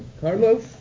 Carlos